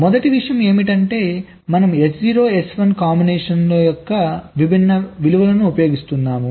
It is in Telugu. మొదటి విషయం ఏమిటంటే మనము S0 S1 కాంబినేషన్ యొక్క విభిన్న విలువలను ఉపయోగిస్తున్నాము